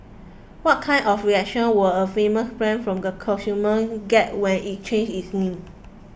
what kind of reactions were a famous brand from consumers get when it changes its name